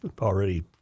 already